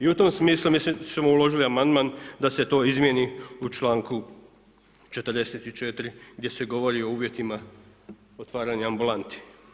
I u tom smislu mi smo uložili amandman da se to izmijeni u članku 44. gdje se govori o uvjetima otvaranja ambulanti.